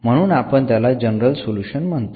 म्हणून आपण त्याला जनरल सोल्युशन म्हणतो